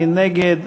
מי נגד?